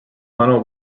tunnel